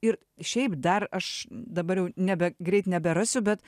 ir šiaip dar aš dabar jau nebe greit neberasiu bet